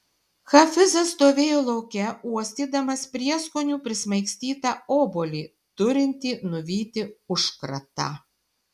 hafizas stovėjo lauke uostydamas prieskonių prismaigstytą obuolį turintį nuvyti užkratą